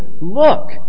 look